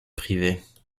privées